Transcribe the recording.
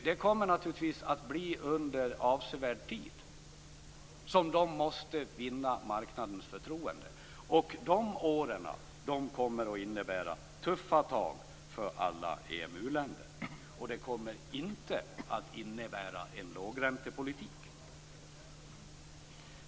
De måste naturligtvis vinna marknadens förtroende under avsevärd tid, och de åren kommer att innebära tuffa tag för alla EMU-länder. Det kommer inte att innebära en lågräntepolitik.